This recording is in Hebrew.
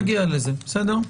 אנחנו נגיע לזה, בסדר?